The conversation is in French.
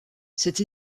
cette